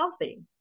healthy